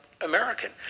American